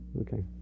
Okay